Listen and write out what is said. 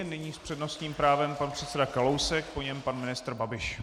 Nyní s přednostním právem pan předseda Kalousek, po něm pan ministr Babiš.